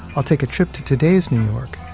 i'll take a trip to today's new york,